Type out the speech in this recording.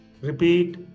Repeat